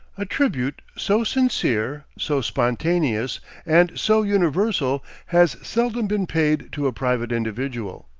a tribute so sincere, so spontaneous and so universal, has seldom been paid to a private individual.